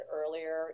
earlier